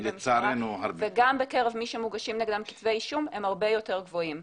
במשטרה וגם בקרב מי שמוגשים נגדם כתבי אישום הם הרבה יותר גבוהים.